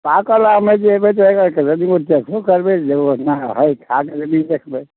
पाकल आम हइ जे अएबै तऽ अएबै कनिका दुइगो चखबो करबै हँ जब अपना हइ खाकऽ एकबेर देखबै